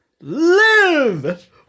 live